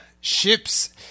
ships